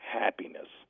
happiness